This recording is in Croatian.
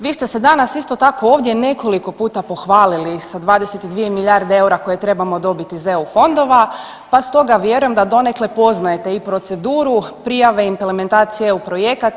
Vi ste se danas isto tako ovdje nekoliko puta pohvalili sa 22 milijarde eura koje trebamo dobiti iz EU fondova, pa stoga vjerujem da donekle poznajete i proceduru prijave implementacije EU projekata.